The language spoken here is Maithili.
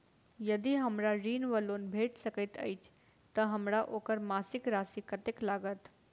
यदि हमरा ऋण वा लोन भेट सकैत अछि तऽ हमरा ओकर मासिक राशि कत्तेक लागत?